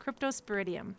Cryptosporidium